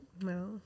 No